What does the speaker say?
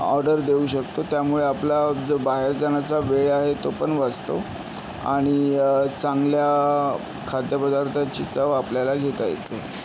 order देऊ शकतो त्यामुळे आपला जो बाहेर जाण्याचा वेळ आहे तो पण वाचतो आणि चांगल्या खाद्यपदार्थाची चव आपल्याला घेता येते